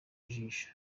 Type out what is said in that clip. ijisho